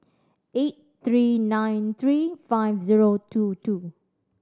eight three nine three five zero two two